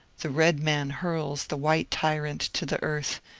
the red man hurls the white tyrant to the earth,